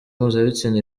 mpuzabitsina